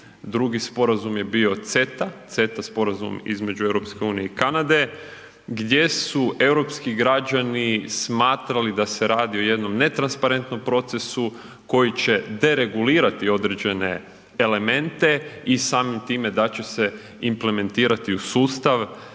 drugi sporazum je bio CETA, CETA sporazum između EU i Kanade gdje su europski građani smatrali da se radi o jednom netransparentnom procesu koji će deregulirati određene elemente i samim time da će se implementirati u sustav